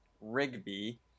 Rigby